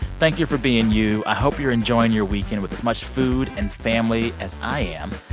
thank you for being you. i hope you're enjoying your weekend with as much food and family as i am.